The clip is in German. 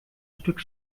stück